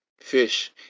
fish